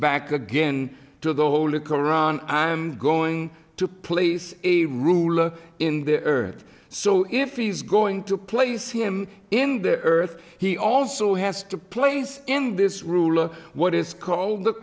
back again to the holy qur'an i'm going to place a ruler in the earth so if he's going to place him in the earth he also has to place in this ruler what is called the